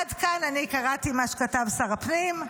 עד כאן קראתי מה שכתב שר הפנים.